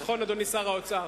אדוני שר האוצר,